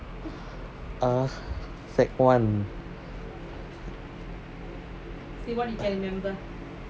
[ah]sec